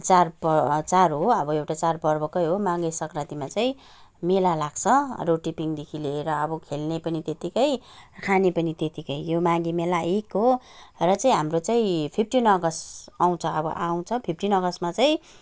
चाड पर चाड हो अब एउटा चाड पर्वकै हो माघे सङ्क्रान्तिमा चाहिँ मेला लाग्छ रोटे पिङदेखि लिएर अब खेल्ने पनि त्यत्तिकै खाने पनि त्यत्तिकै यो माघे मेला एक हो र चाहिँ हाम्रो चाहिँ फिफ्टिन अगस्त आउँछ अब आउँछ फिफ्टिन अगस्तमा चाहिँ